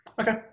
okay